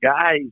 guys